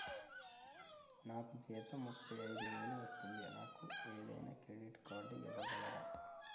నాకు జీతం ముప్పై ఐదు వేలు వస్తుంది నాకు ఏదైనా క్రెడిట్ కార్డ్ ఇవ్వగలరా?